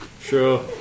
Sure